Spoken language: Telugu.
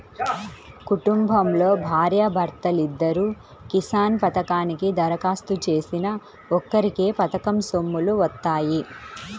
కుటుంబంలో భార్యా భర్తలిద్దరూ కిసాన్ పథకానికి దరఖాస్తు చేసినా ఒక్కరికే పథకం సొమ్ములు వత్తాయి